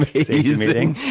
and safety meeting.